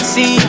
See